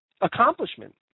accomplishment